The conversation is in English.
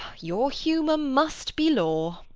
your humour must be law.